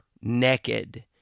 naked